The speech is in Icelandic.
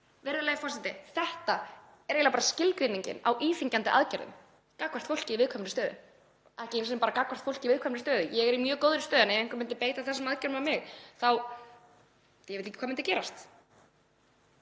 Virðulegi forseti. Þetta er eiginlega bara skilgreiningin á íþyngjandi aðgerðum gagnvart fólki í viðkvæmri stöðu. Og ekki bara gagnvart fólki í viðkvæmri stöðu; ég er í mjög góðri stöðu en ef einhver myndi beita þessum aðgerðum á mig þá veit ég ekki hvað myndi gerast.